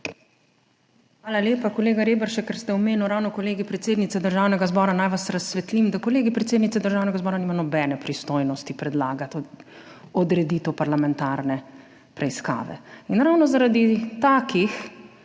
Hvala lepa. Kolega Reberšek, ker ste ravno omenil Kolegij predsednice Državnega zbora, naj vas razsvetlim, da Kolegij predsednice Državnega zbora nima nobene pristojnosti predlagati odreditev parlamentarne preiskave. Ravno zaradi takih